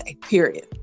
Period